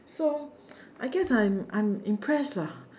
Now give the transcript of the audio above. so I guess I'm I'm impressed lah